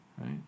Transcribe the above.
right